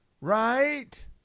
Right